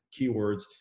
keywords